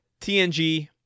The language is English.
TNG